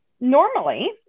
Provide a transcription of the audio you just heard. normally